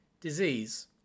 Disease